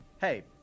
hey